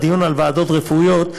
הדיון על ועדות רפואיות,